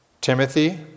Timothy